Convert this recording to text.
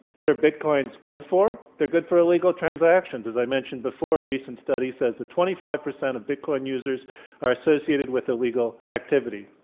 what are bitcoins good for? they're good for illegal transactions. as i mentioned before, a recent study says that twenty five percent of bitcoin users are associated with illegal activity.